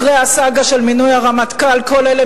אחרי הסאגה של מינוי הרמטכ"ל כל אלה